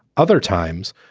other times,